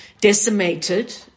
decimated